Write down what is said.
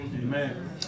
Amen